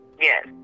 Yes